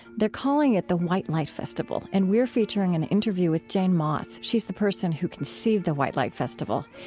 they're calling it the white light festival. and we're featuring our and interview with jane moss. she is the person who conceived the white light festival.